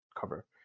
cover